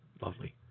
lovely